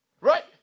Right